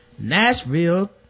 Nashville